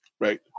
Right